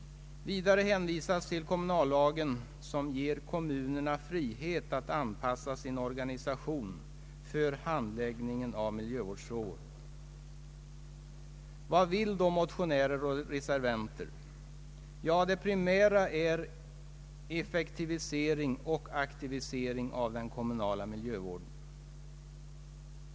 Vidare hänvisas till kommunallagen som ger kommunerna frihet att anpassa sin organisation för handläggningen av miljövårdsfrågor. Vad vill då motionärer och reservanter? Det primära är en effektivisering och aktivering av den kommunala miljövården.